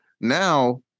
Now